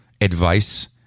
advice